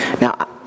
Now